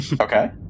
Okay